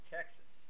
Texas